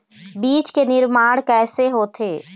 बीज के निर्माण कैसे होथे?